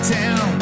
town